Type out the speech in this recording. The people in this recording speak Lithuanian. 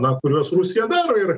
na kuriuos rusija daro ir